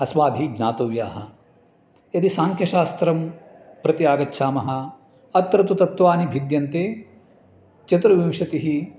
अस्माभिः ज्ञातव्याः यदि साङ्ख्यशास्त्रं प्रति आगच्छामः अत्र तु तत्त्वानि भिद्यन्ते चतुर्विंशतिः